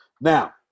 Now